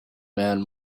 man